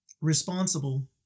responsible